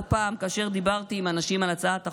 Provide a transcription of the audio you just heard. פעם כאשר דיברתי עם אנשים על הצעת החוק.